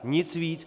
Nic víc.